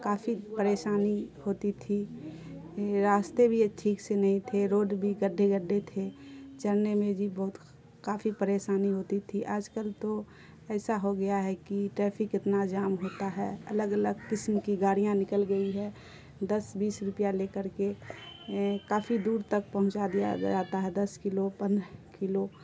کافی پریشانی ہوتی تھی راستے بھی یہ ٹھیک سے نہیں تھے روڈ بھی گڈھے گڈھے تھے چلنے میں جی بہت کافی پریسانی ہوتی تھی آج کل تو ایسا ہو گیا ہے کہ ٹریفک اتنا جام ہوتا ہے الگ الگ قسم کی گاڑیاں نکل گئی ہے دس بیس روپیہ لے کر کے کافی دور تک پہنچا دیا جاتا ہے دس کلو پندرہ کلو